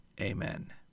Amen